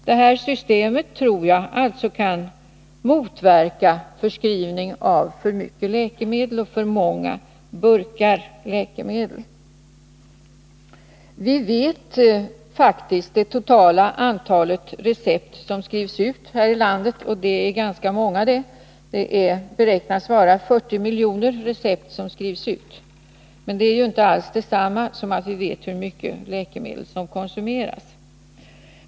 Jag tror alltså att det här systemet kan motverka förskrivning av för mycket läkemedel. Vi känner faktiskt till det totala antalet recept som skrivs ut här i landet, och det är ganska stort. Det beräknas att 40 miljoner recept skrivs ut varje år. Men det är inte alls detsamma som att vi vet hur mycket läkemedel som konsumeras.